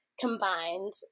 combined